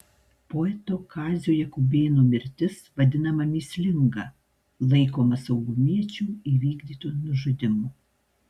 poeto kazio jakubėno mirtis vadinama mįslinga laikoma saugumiečių įvykdytu nužudymu